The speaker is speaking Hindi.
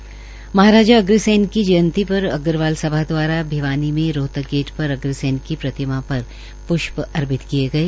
आज महाराजा अग्रसेन की जयंती पर अग्रवाल सभा दवारा भिवानी मे रोहतक बेटर पर अग्रसेन की प्रतिमा पर प्ष्प अर्पित किये